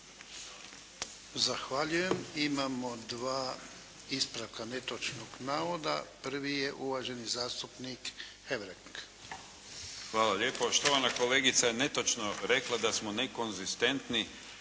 Zahvaljujem. Imamo dva ispravka netočnog navoda. Prvi je uvaženi zastupnik Hebrang. **Hebrang, Andrija (HDZ)** Hvala lijepo. Štovana kolegica je netočno rekla da smo nekonzistentni